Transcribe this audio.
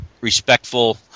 respectful